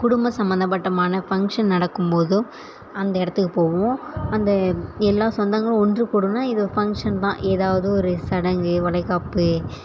குடும்ப சம்பந்தப்பட்டமான ஃபங்க்ஷன் நடக்கும் போதோ அந்த இடத்துக்கு போவோம் அந்த எல்லா சொந்தங்களும் ஒன்றுக்கூடினா இது ஃபங்க்ஷன் தான் ஏதாவது ஒரு சடங்கு வளைகாப்பு